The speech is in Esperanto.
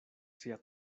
sia